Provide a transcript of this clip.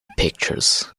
pictures